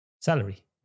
salary